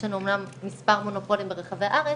יש לנו אמנם מספר מונופולים ברחבי הארץ,